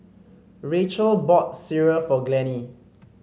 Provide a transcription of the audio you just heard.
Racheal bought sireh for Glennie